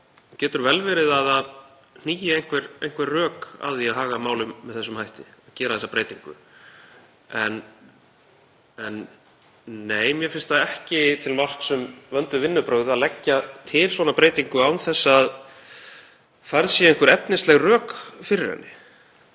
getur vel verið að það hnígi einhver rök að því að haga málum með þessum hætti, að gera þessa breytingu. En nei, mér finnst það ekki til marks um vönduð vinnubrögð að leggja til svona breytingu án þess að færð séu einhver efnisleg rök fyrir henni.